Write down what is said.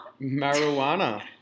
marijuana